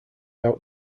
out